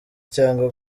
cyangwa